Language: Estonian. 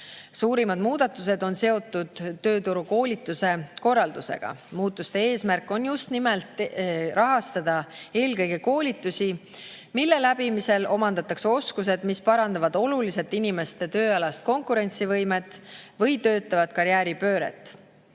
Suurimad muudatused on seotud tööturukoolituse korraldusega. Muutuste eesmärk on just nimelt rahastada eelkõige koolitusi, mille läbimisel omandatakse oskused, mis parandavad oluliselt inimeste tööalast konkurentsivõimet või toetavad karjääripööret.